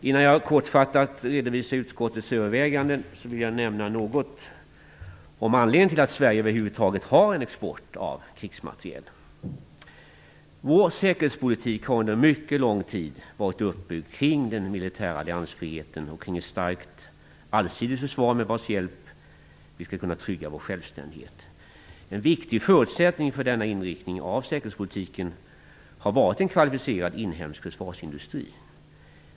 Innan jag kortfattat redovisar utskottets överväganden vill jag nämna något om anledningen till att Sverige över huvud taget har en export av krigsmateriel. Vår säkerhetspolitik har under mycket lång tid varit uppbyggd kring den militära alliansfriheten och kring ett starkt allsidigt försvar med vars hjälp vi skall kunna trygga vår självständighet. En viktig förutsättning för denna inriktning av säkerhetspolitiken har varit en kvalificerad inhemsk försvarsindustri.